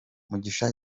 mugisha